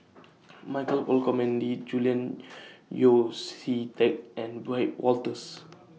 Michael Olcomendy Julian Yeo See Teck and Wiebe Wolters